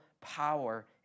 power